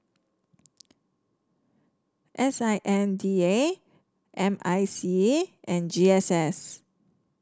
S I N D A M I C E and G S S